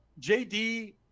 JD